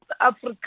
Africa